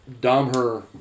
Domher